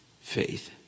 faith